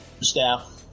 staff